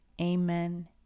Amen